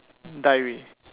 diary